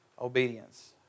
obedience